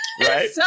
Right